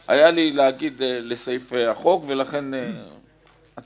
תראה --- בעיניי זו תכלית החוק ורק בזה הוא משנה את המציאות הקיימת.